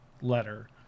letter